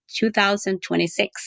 2026